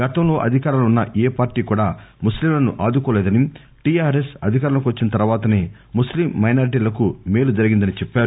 గ తంలో అధికారంలో ఉన్న ఏ పార్టీ కూడా ముస్లిములను ఆదుకోలేదని టిఆర్ఎస్ అధికారంలోకి వ చ్చిన తర్వాతనే ముస్లిం మైనార్టీలకు మేలు జరిగిందని చెప్పారు